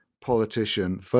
politician